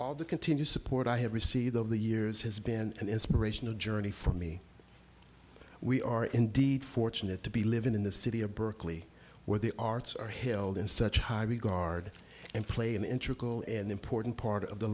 all the continued support i have received over the years has been an inspirational journey for me we are indeed fortunate to be living in the city of berkeley where the arts are held in such high regard and play and in trickle an important part of the